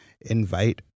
invite